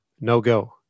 no-go